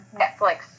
Netflix